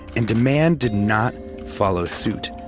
and demand did not follow suit.